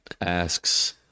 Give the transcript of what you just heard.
Asks